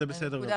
זה בסדר גמור.